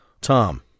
Tom